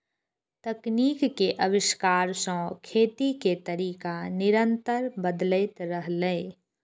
तकनीक के आविष्कार सं खेती के तरीका निरंतर बदलैत रहलैए